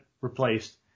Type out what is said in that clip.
replaced